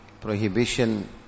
prohibition